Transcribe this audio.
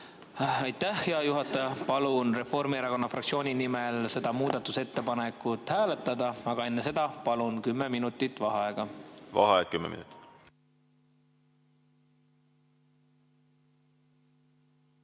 Aitäh, hea juhataja! Palun Reformierakonna fraktsiooni nimel seda muudatusettepanekut hääletada, aga enne seda palun kümme minutit vaheaega. Aitäh,